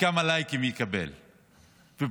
וכמה לייקים הוא יקבל ופוליטיקה.